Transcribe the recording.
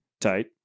Tight